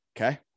okay